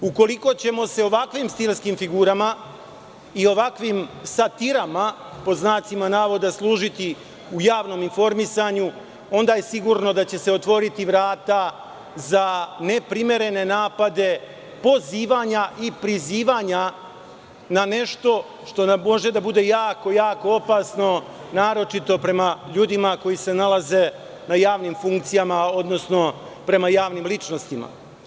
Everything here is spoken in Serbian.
Ukoliko ćemo se ovakvim stilskim figurama i ovakvim satirama služiti u javnom informisanju, onda je sigurno da će se otvoriti vrata za neprimerene napade pozivanja i prizivanja na nešto što može da bude jako opasno, naročito prema ljudima koji se nalaze na javnim funkcijama, odnosno prema javnim ličnostima.